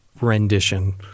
rendition